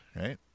right